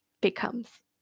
becomes